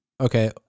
Okay